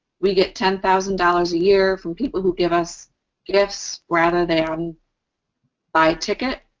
we get ten thousand dollars a year from people who give us gifts rather than buy tickets.